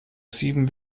sieben